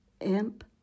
imp